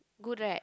good right